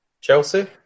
Chelsea